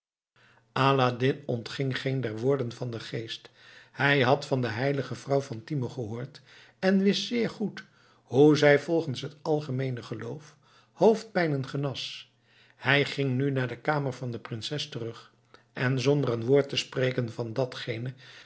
aladdin ontging geen der woorden van den geest hij had van de heilige vrouw fatime gehoord en wist zeer goed hoe zij volgens het algemeene geloof hoofdpijnen genas hij ging nu naar de kamer van de prinses terug en zonder een woord te spreken van datgene